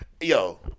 Yo